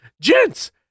Gents